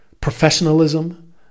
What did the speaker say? professionalism